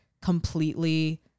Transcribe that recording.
completely